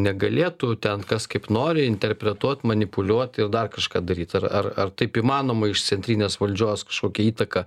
negalėtų ten kas kaip nori interpretuot manipuliuot ir dar kažką daryt ar ar taip įmanoma iš centrinės valdžios kažkokią įtaką